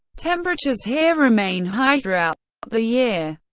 temperatures here remain high throughout the year,